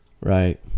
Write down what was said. Right